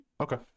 okay